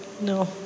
No